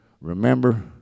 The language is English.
remember